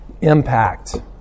impact